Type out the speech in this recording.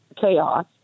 chaos